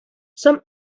some